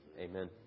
Amen